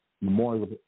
memorial